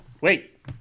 Wait